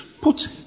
Put